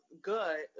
good